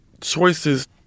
choices